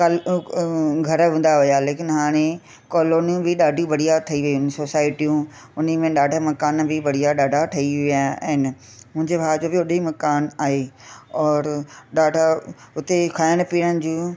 कल्ह अ घर हूंदा हुया लेकिन हाणे कॉलोनियूं बि ॾाढी बढ़िया ठही वई आहिनि सोसाइटियूं उनमें ॾाढा मकान बि बढ़िया ॾाढा ठही विया आहिनि मुंहिंजे भाउ जो बि ओॾे मकानु आहे और ॾाढो उते खाइण पीअण जूं